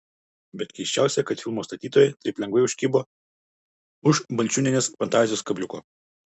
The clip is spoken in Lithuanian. bet keisčiausia kad filmo statytojai taip lengvai užkibo už balčiūnienės fantazijos kabliuko